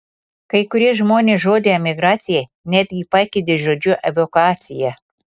kai kurie žmonės žodį emigracija netgi pakeitė žodžiu evakuacija